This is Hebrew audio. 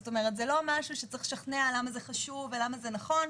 זה לא משהו שצריך לשכנע למה זה חשוב ונכון,